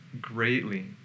greatly